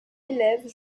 élève